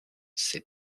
ses